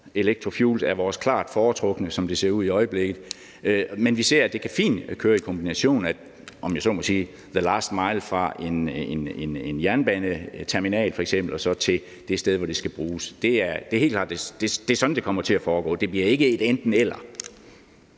Elektrofuels er vores klart foretrukne, som det ser ud i øjeblikket. Vi ser, at det fint kan køre i kombination med, om jeg så må sige, the last mile fra f.eks. en jernbaneterminal og så til det sted, hvor det skal bruges. Det er helt klart, at det er sådan, det kommer til at foregå. Det bliver ikke et enten-eller.